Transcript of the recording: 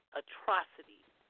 atrocities